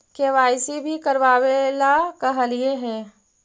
KYC भी करवावेला कहलिये हे?